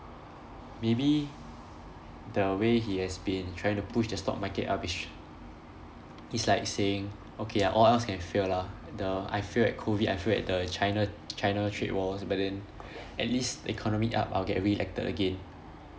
maybe the way he has been trying to push the stock market up is he's like saying okay all else can fail lah the I fail at COVID I fail at the china china trade wars but then at least the economy up I'll get re-elected again